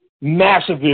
massive